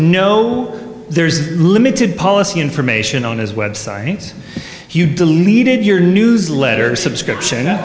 no there's limited policy information on his website you deleted your newsletter subscription